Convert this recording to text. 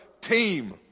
team